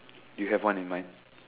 you have one in mind